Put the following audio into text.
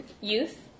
youth